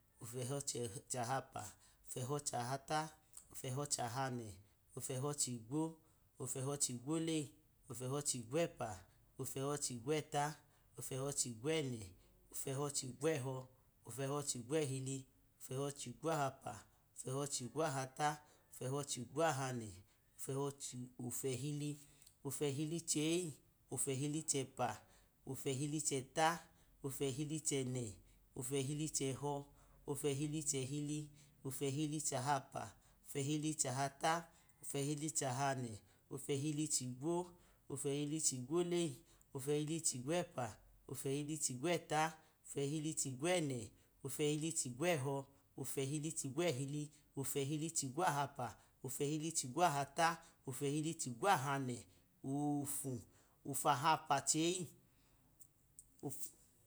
Ofu ẹhọ chahapa, ofu ẹho chehata ofu eho chahanẹ, ofu ẹhili, ofu ehili cheyẹ ofu ehili chẹpa, ofu ehili chẹhili, ofu ẹhili chahapa ofu ẹhili chahata, ofu ẹhili chahanẹ, pfu ehili chigwo, ofu ẹhili chigwo leyi, ofu ẹhili chigwo ẹpa, ofu ẹhili chigwo ẹta, ofu ẹhili chigwo ẹnẹ, ofu ẹhili chigwo ẹhọ, ofu ẹhili chigwo ẹhili, ofu ẹhili chigwo ahapa, ofu ẹhili chigwo ahata, ofu ẹhili chigwo ahanẹ, ofu, ofu ahapa cheyi, ofu ahapa chẹpa ofu.